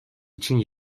için